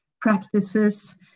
practices